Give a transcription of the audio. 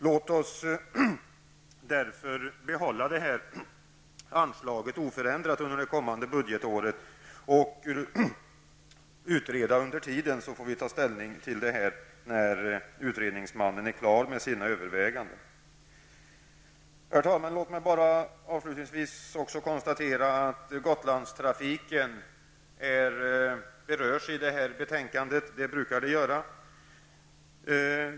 Låt oss därför behålla detta anslag oförändrat under det kommande budgetåret och under tiden utreda, så får vi ta ställning till detta när utredningsmannen är klar med sina överväganden. Herr talman! Låt mig avslutningsvis också konstatera att Gotlandstrafiken tas upp i detta betänkande. Det brukar man göra.